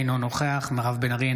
אינו נוכח מירב בן ארי,